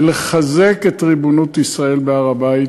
ולחזק את ריבונות ישראל בהר-הבית.